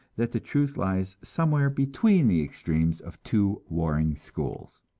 that the truth lies somewhere between the extremes of two warring schools.